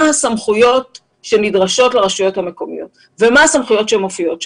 הסמכויות שנדרשות לרשויות המקומיות ומה הסמכויות שמופיעות שם.